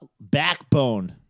Backbone